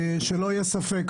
הצעתי לך שבעה-שישה, וכולם הסכימו.